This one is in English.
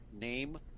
name